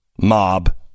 Mob